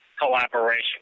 Collaboration